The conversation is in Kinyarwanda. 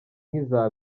nk’iza